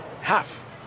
half